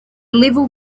level